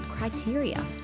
criteria